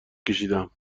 کشیدم